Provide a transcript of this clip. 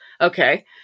Okay